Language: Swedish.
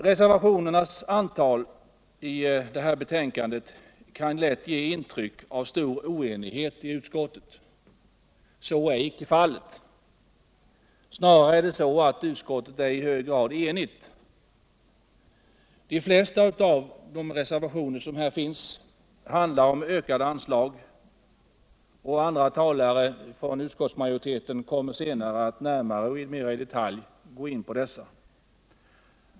Reservationernas antal i betänkandet kan lätt ge intryck av stor oenighet i utskottet. Så är icke fallet. Snarare är det så att utskottet är i hög grad enigt. De flesta av reservationerna handlar om ökade anslag. Andra talare från utskottsmajoriteten kommer senare att närmare och mera i detalj gå in på reservationerna.